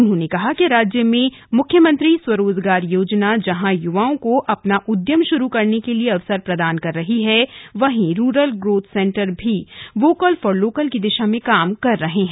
उन्होंने कहा कि राज्य में मुख्यमंत्री स्वरोजगार योजना जहां युवाओं को अपना उद्यम शुरू करने के लिए अवसर प्रदान कर रही है वहीं रूरल ग्रोथ सेंटर भी वोकल फॉर लोकल की दिशा में काम कर रहे हैं